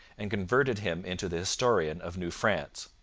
and converted him into the historian of new france.